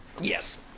Yes